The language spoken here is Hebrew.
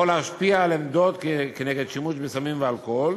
להשפיע על עמדות כנגד שימוש בסמים ואלכוהול